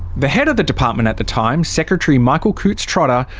the head of the department at the time, secretary michael coutts-trotter,